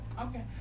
Okay